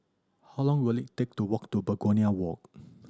how long will it take to walk to Begonia Walk